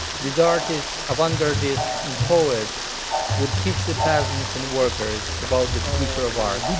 these artists, avant-garde deeds and poets would teach the peasants and workers about the future of art.